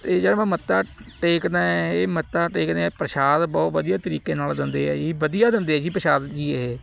ਅਤੇ ਜਦ ਮੈਂ ਮੱਥਾ ਟੇਕਦਾ ਇਹ ਮੱਥਾ ਟੇਕਦੇ ਹਾਂ ਪ੍ਰਸ਼ਾਦ ਬਹੁਤ ਵਧੀਆ ਤਰੀਕੇ ਨਾਲ਼ ਦਿੰਦੇ ਆ ਜੀ ਵਧੀਆ ਦਿੰਦੇ ਜੀ ਪ੍ਰਸ਼ਾਦ ਜੀ ਇਹ